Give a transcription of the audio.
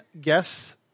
guess